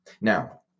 Now